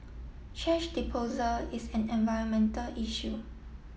thrash disposal is an environmental issue